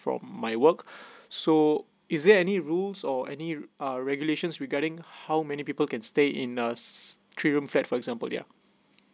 from my work so is there any rules or any uh regulations regarding how many people can stay in a three room flat for example yeah